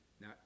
now